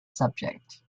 subject